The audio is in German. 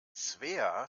svea